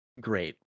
great